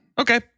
Okay